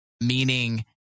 meaning